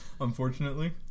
Unfortunately